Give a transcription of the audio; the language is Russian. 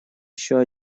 еще